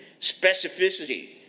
specificity